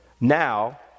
now